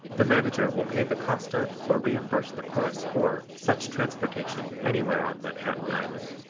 the manager will pay the cost of or reimburse the chorus for such transportation anywhere on manhattan island.